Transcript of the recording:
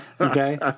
Okay